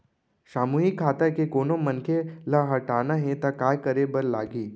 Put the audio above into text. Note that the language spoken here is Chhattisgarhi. सामूहिक खाता के कोनो मनखे ला हटाना हे ता काय करे बर लागही?